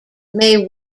may